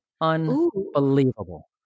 Unbelievable